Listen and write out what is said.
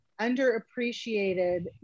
underappreciated